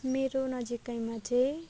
मेरो नजिकैमा चाहिँ